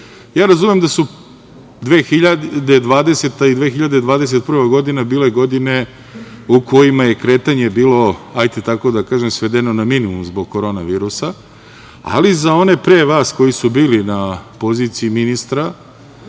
razumem da su 2020. ili 2021. godina bile godine u kojima je kretanje bilo, hajde tako da kažem svedeno na minimum zbog korona virusa, ali za one pre vas koji su bili na poziciji ministra